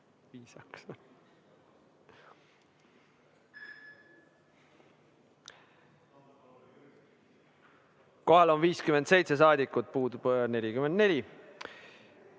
Kohal on 57 saadikut, puudub